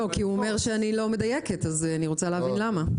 כי הוא אומר שאני לא מדייקת אז אני רוצה להבין למה.